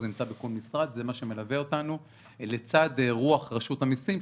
זה נמצא בכל משרד וזה מה שמלווה אותנו לצד רוח רשות המסים,